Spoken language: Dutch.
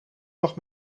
nog